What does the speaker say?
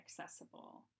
accessible